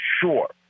sure